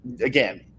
again